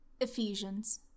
Ephesians